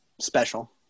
special